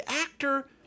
actor